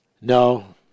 no